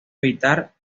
evitar